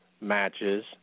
matches